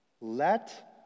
Let